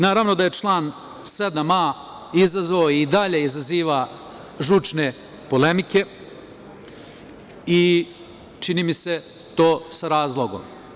Naravno da je član 7a izazvao a i dalje izaziva žučne polemike i čini mi se to sa razlogom.